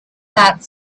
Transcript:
that